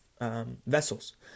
vessels